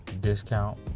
discount